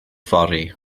fory